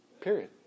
Period